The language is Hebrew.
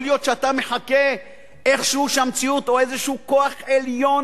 יכול להיות שאתה מחכה איכשהו שהמציאות או איזה כוח עליון